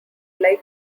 like